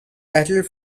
battled